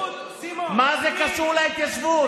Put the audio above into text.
מה זה קשור להתיישבות?